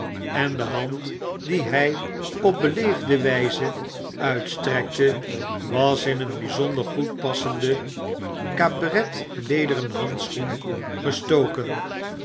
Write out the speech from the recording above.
en de hand die hij op beleefde wijze uitstrekte was in een bijzonder goed passenden catoretlederen handschoen gestoken